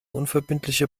unverbindliche